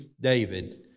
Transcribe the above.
David